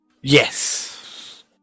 Yes